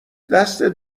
دستت